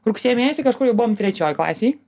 rugsėjo mėnesį kažkur jau buvom trečioj klasėj